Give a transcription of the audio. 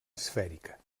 esfèrica